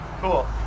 cool